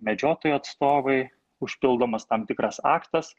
medžiotojų atstovai užpildomas tam tikras aktas